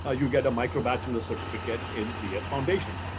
ah you get a microbachelors certificate in cs foundations.